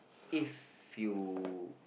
if you